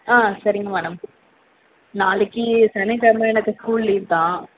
ஆ சரிங்க மேடம் நாளைக்கு சனிக் கிழம எனக்கு ஸ்கூல் லீவ் தான்